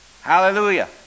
Hallelujah